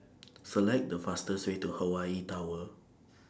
Select The fastest Way to Hawaii Tower